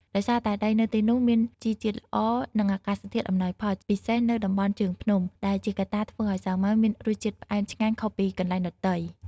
ដោយសារតែដីនៅទីនោះមានជីជាតិល្អ និងអាកាសធាតុអំណោយផល ពិសេសនៅតំបន់ជើងភ្នំ ដែលជាកត្តាធ្វើឲ្យសាវម៉ាវមានរសជាតិផ្អែមឆ្ងាញ់ខុសពីកន្លែងដទៃ។